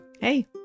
Hey